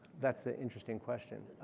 that's an interesting question.